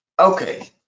Okay